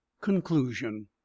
Conclusion